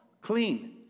clean